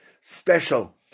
special